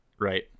Right